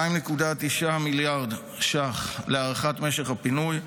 2.9 מיליארד ש"ח להארכת משך הפינוי,